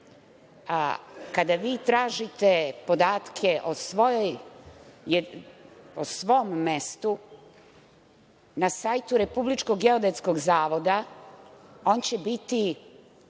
Kada vi tražite podatke o svom mestu na sajtu Republičkog geodetskog zavoda, on će biti